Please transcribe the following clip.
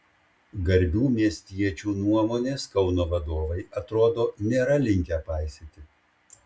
garbių miestiečių nuomonės kauno vadovai atrodo nėra linkę paisyti